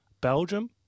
Belgium